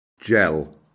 gel